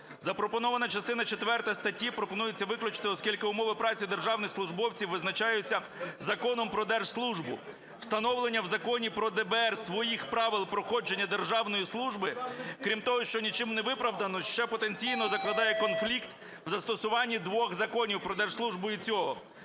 Запропонована частина четверта статті пропонується виключити, оскільки умови праці державних службовців визначаються Законом про держслужбу. Встановлення в Законі про ДБР своїх правил проходження державної служби, крім того, що нічим не виправдано, ще потенційно закладає конфлікт в застосування двох законів про держслужбу і цього.